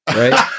right